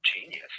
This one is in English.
genius